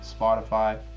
Spotify